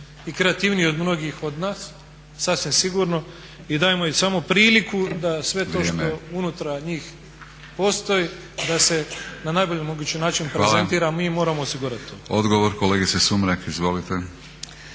Hvala. Odgovor, kolegice Sumrak izvolite.